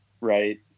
Right